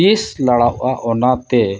ᱛᱤᱥ ᱞᱟᱲᱟᱣᱚᱜᱼᱟ ᱚᱱᱟᱛᱮ